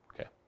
okay